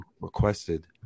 requested